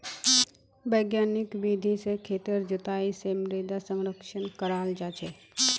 वैज्ञानिक विधि से खेतेर जुताई से मृदा संरक्षण कराल जा छे